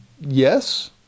Yes